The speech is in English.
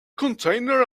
container